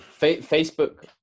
Facebook